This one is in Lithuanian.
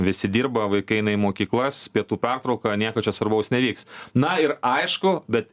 visi dirba vaikai eina į mokyklas pietų pertrauka nieko čia svarbaus nevyks na ir aišku bet